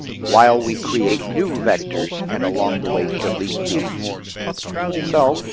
while we create new vectors, and along the way, delete these so